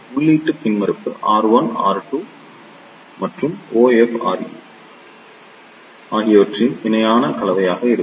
எனவே உள்ளீட்டு மின்மறுப்பு R1 R2 மற்றும் ofre ஆகியவற்றின் இணையான கலவையாக இருக்கும்